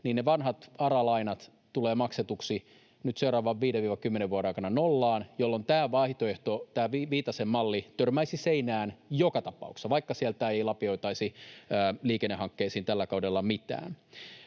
niin ne vanhat ARA-lainat tulevat maksetuiksi nyt seuraavan 5—10 vuoden aikana nollaan, jolloin tämä vaihtoehto, tämä Viitasen malli, törmäisi seinään joka tapauksessa, vaikka sieltä ei lapioitaisi liikennehankkeisiin tällä kaudella mitään.